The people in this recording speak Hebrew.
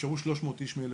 נשארו 300 איש מ-1,800.